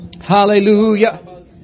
Hallelujah